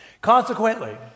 Consequently